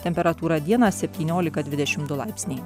temperatūra dieną septyniolika dvidešimt du laipsniai